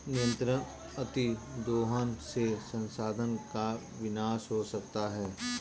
निरंतर अतिदोहन से संसाधन का विनाश हो सकता है